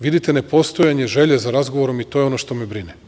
Vidite nepostojanje želje za razgovorom i to je ono što me brine.